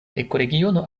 ekoregiono